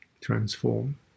transform